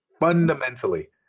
fundamentally